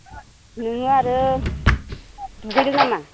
नोङो आरो दुगैदों नामा